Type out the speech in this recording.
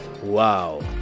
Wow